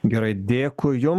gerai dėkui jum